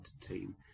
team